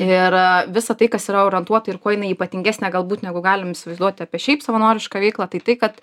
ir visa tai kas yra orientuota ir kuo jinai ypatingesnė galbūt negu galim įsivaizduoti apie šiaip savanorišką veiklą tai kad